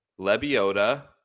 Lebiota